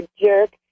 jerk